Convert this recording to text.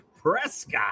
Prescott